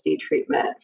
treatment